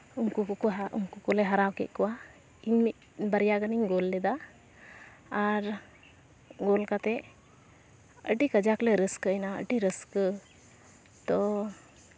ᱩᱱᱠᱩ ᱠᱚᱠᱚ ᱦᱟ ᱩᱱᱠᱩ ᱠᱚᱞᱮ ᱦᱟᱨᱟᱣ ᱠᱮᱫ ᱠᱚᱣᱟ ᱤᱧ ᱵᱟᱨᱭᱟ ᱜᱟᱱᱤᱧ ᱜᱳᱞ ᱞᱮᱫᱟ ᱟᱨ ᱜᱳᱞ ᱠᱟᱛᱮᱫ ᱟᱹᱰᱤ ᱠᱟᱡᱟᱠ ᱞᱮ ᱨᱟᱹᱥᱠᱟᱹᱭᱮᱱᱟ ᱟᱹᱰᱤ ᱨᱟᱹᱥᱠᱟᱹ ᱛᱳ